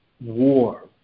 war